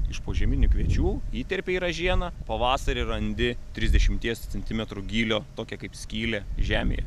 iš požeminių kviečių įterpi į ražieną pavasarį randi trisdešimties centimetrų gylio tokią kaip skylę žemėje